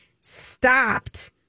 stopped